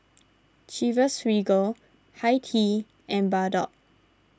Chivas Regal Hi Tea and Bardot